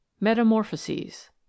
Metamorphoses